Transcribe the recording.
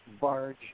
barge